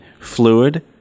fluid